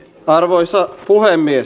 arvoisa puhemies